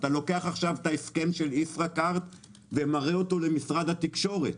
שאני לוקח עכשיו את ההסכם של ישראכארד ומראה אותו למשרד התקשורת,